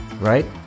right